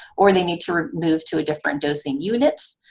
or they need to move to a different dosing unit.